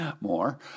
more